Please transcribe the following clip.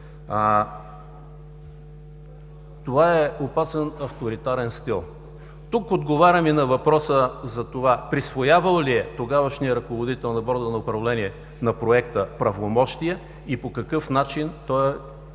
Това е опасен авторитарен стил. Тук отговарям и на въпроса: присвоявал ли е тогавашният ръководител на Борда на управление на Проекта правомощия и по какъв начин той е